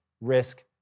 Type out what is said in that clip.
risk